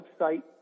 website